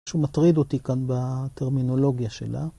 משהו מטריד אותי כאן בטרמינולוגיה שלה.